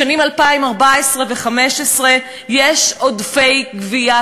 בשנים 2014 ו-2015 יש עודפי גבייה,